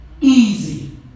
Easy